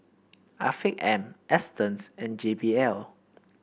Afiq M Astons and J B L